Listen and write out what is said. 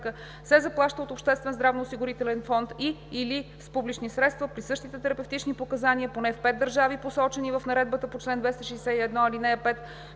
се заплаща от обществен здравноосигурителен фонд и/или с публични средства при същите терапевтични показания поне в 5 държави, посочени в наредбата по чл. 261а, ал. 5.